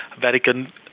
Vatican